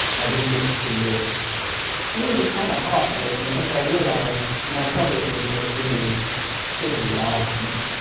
i just looked at the list, and it was just kind of heartbreaking because i realized my publisher had just really just robbed me.